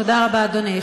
תודה רבה, אדוני.